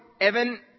Evan